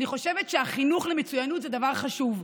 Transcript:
אני חושבת שהחינוך למצוינות זה דבר חשוב,